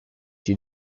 dir